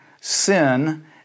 sin